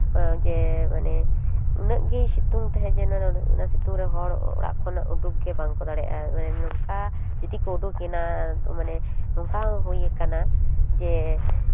ᱡᱮ ᱢᱟᱱᱮ ᱩᱱᱟᱹᱜ ᱜᱮᱭ ᱥᱤᱛᱩᱝ ᱛᱟᱦᱮᱸᱫ ᱡᱮ ᱚᱱᱟ ᱥᱤᱛᱩᱝ ᱨᱮ ᱦᱚᱲ ᱚᱲᱟᱜ ᱠᱷᱚᱱ ᱩᱰᱩᱠ ᱜᱮ ᱵᱟᱝᱠᱚ ᱫᱟᱲᱮᱭᱟᱜᱼᱟ ᱢᱟᱱᱮ ᱱᱚᱝᱠᱟ ᱡᱩᱫᱤ ᱠᱚ ᱩᱰᱩᱠᱮᱱᱟ ᱢᱟᱱᱮ ᱱᱚᱝᱠᱟ ᱦᱚᱸ ᱦᱳᱭ ᱟᱠᱟᱱᱟ ᱡᱮ